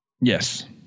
Yes